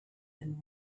and